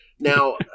Now